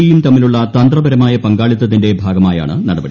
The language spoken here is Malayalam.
ഇ യും തമ്മിലുള്ള തന്ത്രപരമായ പങ്കാളിത്തത്തിന്റെ ഭാഗമായാണ് നടപടി